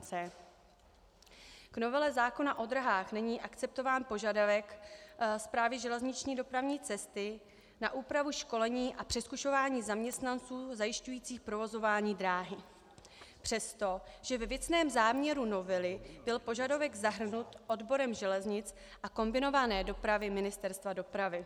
V novele zákona o dráhách není akceptován požadavek Správy železniční dopravní cesty na úpravu školení a přezkušování zaměstnanců zajišťujících provozování dráhy přesto, že ve věcném záměru novely byl požadavek zahrnut odborem železnic a kombinované dopravy Ministerstva dopravy.